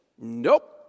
Nope